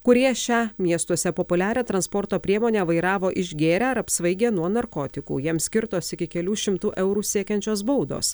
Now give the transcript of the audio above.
kurie šią miestuose populiarią transporto priemonę vairavo išgėrę ar apsvaigę nuo narkotikų jiems skirtos iki kelių šimtų eurų siekiančios baudos